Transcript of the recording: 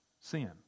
sin